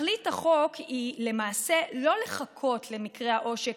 תכלית החוק היא למעשה לא לחכות למקרה העושק